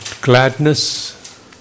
gladness